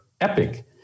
epic